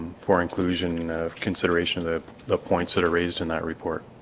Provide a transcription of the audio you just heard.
for inclusion of consideration that the points that are raised in that report